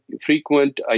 frequent